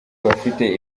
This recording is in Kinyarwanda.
bafite